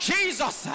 Jesus